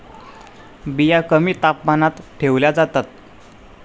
बिया कमी तापमानात ठेवल्या जातात